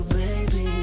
baby